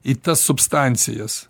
į tas substancijas